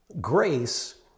Grace